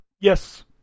Yes